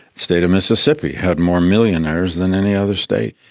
state of mississippi had more millionaires than any other state.